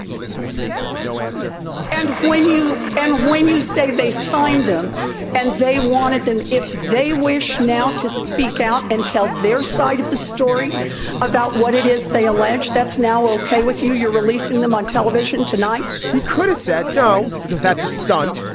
blink, blink, blink. no answer and when you and when you say they signed them and they wanted, then if they wish now to speak out and tell their side of the story about what it is they allege, that's now okay with you. you're releasing them on television tonight he could have said no because that's a stunt.